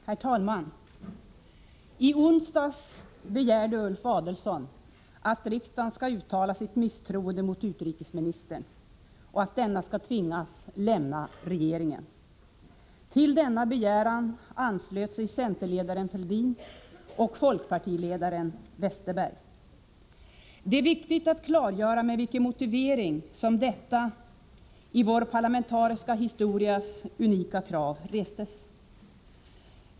Herr talman! I onsdags begärde Ulf Adelsohn att riksdagen skall uttala sitt misstroende mot utrikesministern och att denna skall tvingas lämna regeringen. Till denna begäran anslöt sig centerledaren Fälldin och folkpartiledaren Westerberg. Det är viktigt att klargöra med vilken motivering detta i vår parlamentariska historias unika krav restes.